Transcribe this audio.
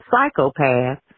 psychopath